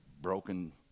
broken